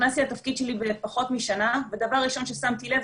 נכנסתי לתפקיד שלי לפני פחות משנה ודבר ראשון ששמתי לב,